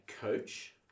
coach